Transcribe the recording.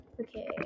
okay